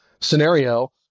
scenario